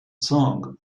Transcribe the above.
song